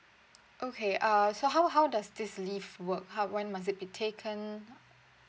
okay uh so how how does this leave work how when must it be taken